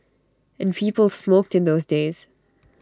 and people smoked in those days